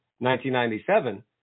1997